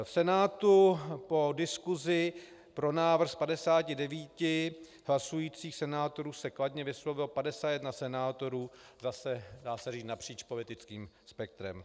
V Senátu se po diskusi pro návrh z 59 hlasujících senátorů kladně vyslovilo 51 senátorů, dá se říci napříč politickým spektrem.